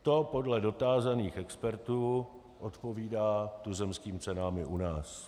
To podle dotázaných expertů odpovídá tuzemským cenám i u nás.